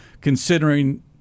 considering